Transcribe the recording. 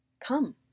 come